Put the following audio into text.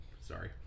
Sorry